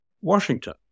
Washington